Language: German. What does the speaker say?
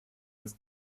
als